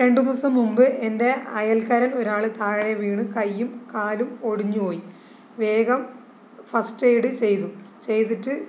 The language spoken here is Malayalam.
രണ്ട് ദിവസം മുൻപ് എൻ്റെ അയൽക്കാരൻ ഒരാള് താഴെ വീണ് കയ്യും കാലും ഒടിഞ്ഞു പോയി വേഗം ഫസ്റ്റ് എയ്ഡ് ചെയ്തു ചെയ്തിട്ട്